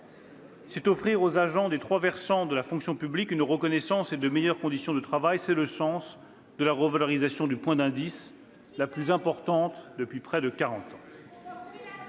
faut offrir aux agents des trois versants de la fonction publique une reconnaissance et de meilleures conditions de travail. C'est le sens de la revalorisation du point d'indice, la plus importante menée depuis près de quarante